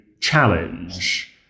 challenge